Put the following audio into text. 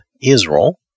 Israel